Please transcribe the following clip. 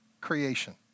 creation